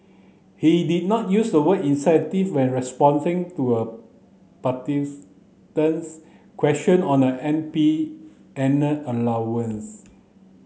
he did not use the word incentive when to a question on an M P annual allowance